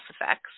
effects